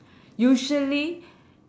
usually